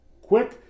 quick